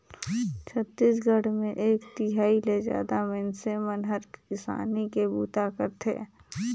छत्तीसगढ़ मे एक तिहाई ले जादा मइनसे मन हर किसानी के बूता करथे